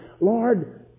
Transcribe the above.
Lord